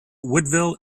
woodville